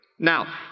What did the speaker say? Now